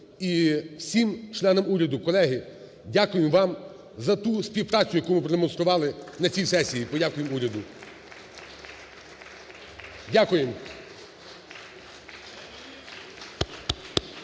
і всім членам уряду, колеги, дякую вам за ту співпрацю, яку ви продемонстрували на цій сесії, подякуємо